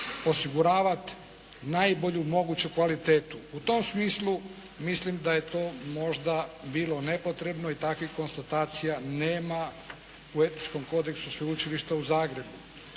osiguravati najbolju moguću kvalitetu. U tom smislu mislim da je to možda bilo nepotrebno i takvih konstatacija nema u Etičkom kodeksu Sveučilišta u Zagrebu.